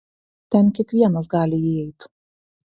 ten kiekvienas gali įeit